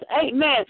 Amen